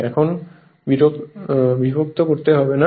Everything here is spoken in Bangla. এখন বিরক্ত করতে হবে না